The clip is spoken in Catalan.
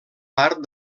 part